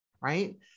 right